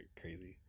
crazy